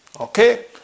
okay